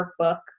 workbook